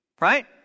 Right